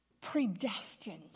predestined